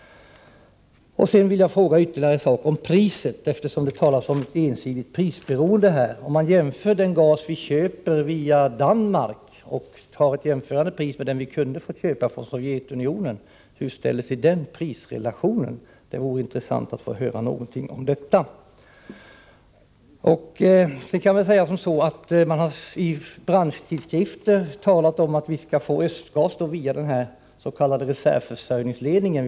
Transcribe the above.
Jag vill dessutom fråga om priset, eftersom det i svaret talas om ett ensidigt prisberoende. Vilken är prisrelationen om man jämför priset på den gas vi köper via Danmark med priset på den gas vi kunde köpa från Sovjetunionen? Det vore intressant att få höra någonting om detta. Sedan vill jag säga att det i branschtidskrifter talas om att vi skall få naturgas österifrån via den s.k. reservförsörjningsleden.